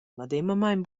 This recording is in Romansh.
medemamein